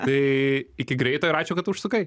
tai iki greito ir ačiū kad užsukai